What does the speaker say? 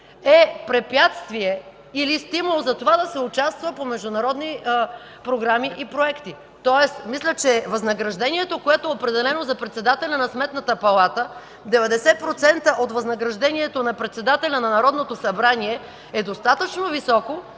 е препятствие или стимул за това да се участва по международни програми и проекти? Мисля, че възнаграждението, което е определено за председателя на Сметната палата – 90% от възнаграждението на председателя на Народното събрание, е достатъчно високо,